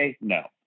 No